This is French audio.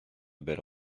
belle